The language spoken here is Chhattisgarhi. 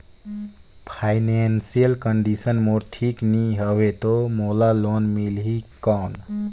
फाइनेंशियल कंडिशन मोर ठीक नी हवे तो मोला लोन मिल ही कौन??